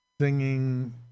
singing